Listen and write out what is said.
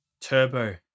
Turbo